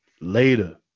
Later